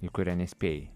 į kurią nespėjai